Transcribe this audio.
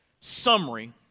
summary